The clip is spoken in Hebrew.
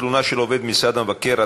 תלונה של עובד משרד המבקר),